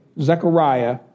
Zechariah